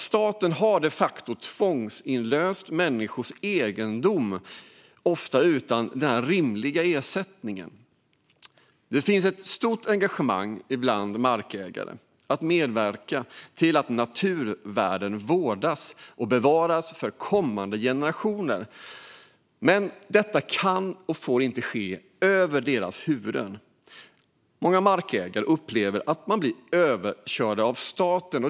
Staten har de facto tvångsinlöst människors egendom, ofta utan rimlig ersättning. Det finns ett stort engagemang bland markägare att medverka till att naturvärden vårdas och bevaras för kommande generationer, men detta kan och får inte ske över deras huvuden. Många markägare upplever att de blir överkörda av staten.